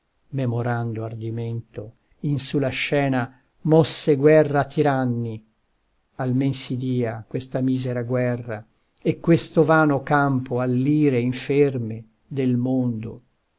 inerme memorando ardimento in su la scena mosse guerra a tiranni almen si dia questa misera guerra e questo vano campo all'ire inferme del mondo